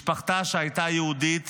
משפחתה שהייתה יהודית